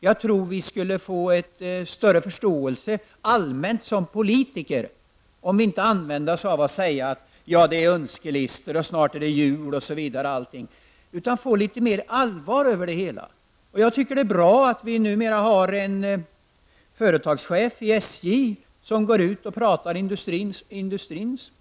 Jag tror att vi som politiker skulle få större förståelse för vårt agerande, om vi lät bli att tala om önskelistor, att det snart är jul osv. Det är bättre om vi för en mer seriös diskussion. Det är enligt min mening bra att SJ numera har en företagschef som talar industrins språk.